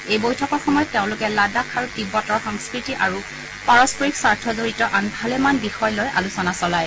এই বৈঠকৰ সময়ত তেওঁলোকে লাডাখ আৰু তীববতৰ সংস্কৃতি আৰু পাৰস্পৰিক স্বাৰ্থজড়িত আন ভালেমান বিষয় লৈ আলোচনা চলায়